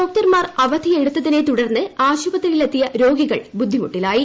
ഡോക്ടർമാർ അവധിയെടുത്തിനെ മൂടർന്ന് ആശുപത്രിയിലെത്തിയ രോഗികൾ ബുദ്ധിമുട്ടിലായി